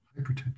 hypertension